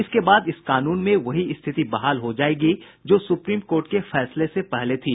इसके बाद इस कानून में वही स्थिति बहाल हो जायेगी जो सुप्रीम कोर्ट के फैसले से पहले थी